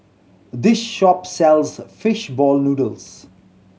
this shop sells fish ball noodles